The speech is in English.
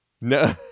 no